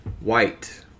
White